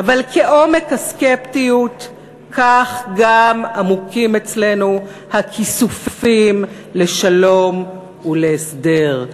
אבל כעומק הסקפטיות כך גם עמוקים אצלנו הכיסופים לשלום ולהסדר.